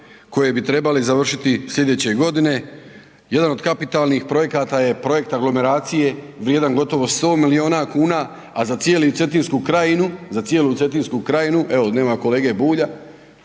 koje bi trebali završiti slijedeće godine. Jedan od kapitalnih projekata je projekt aglomeracije vrijedan gotovo 100 milijuna kuna, a za cijelu Cetinsku krajinu, evo, nema kolege Bulja,